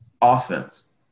offense